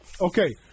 Okay